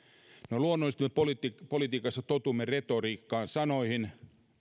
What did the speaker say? no luonnollisesti me politiikassa totumme retoriikkaan sanoihin